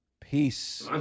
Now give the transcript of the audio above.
Peace